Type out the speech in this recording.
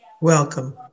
Welcome